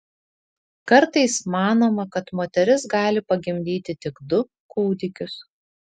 kartais manoma kad moteris gali pagimdyti tik du kūdikius